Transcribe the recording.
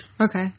Okay